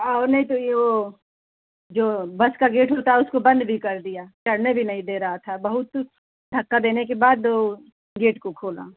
औ नहीं तो ये वो जो बस की गेट होती है उसको बंद भी कर दिया चढ़ने भी नहीं दे रहा था बहुत धक्का देने के बाद वह गेट को खोला